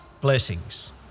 blessings